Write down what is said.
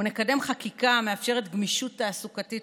ונקדם חקיקה המאפשרת גמישות תעסוקתית